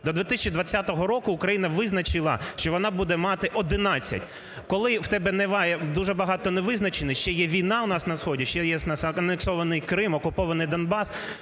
До 2020 року Україна визначила, що вона буде мати 11. Коли в тебе немає, дуже багато невизначеностей, ще є війна у нас на сході, ще є у нас анексований Крим, окупований Донбас,